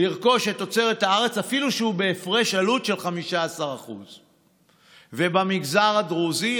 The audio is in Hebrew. לרכוש את תוצרת הארץ אפילו שהיא בהפרש עלות של 15%. ובמגזר הדרוזי,